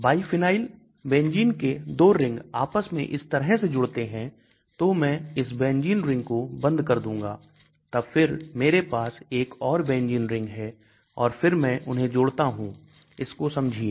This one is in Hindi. Biphenyl बेंजीन के 2 रिंग आपस में इस तरह से जुड़ते हैं तो मैं इस बेंजीन रिंग को बंद कर दूंगा तब फिर मेरे पास एक और बेंजीन रिंग है और फिर मैं उन्हें जोड़ता हूं इसको समझिए